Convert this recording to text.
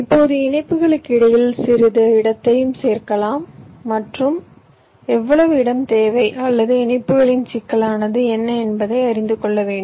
இப்போது இணைப்புகளுக்கு இடையில் சிறிது இடத்தையும் சேர்க்கலாம் மற்றும் எவ்வளவு இடம் தேவை அல்லது இணைப்புகளின் சிக்கலானது என்ன என்பதை அறிந்து கொள்ள வேண்டும்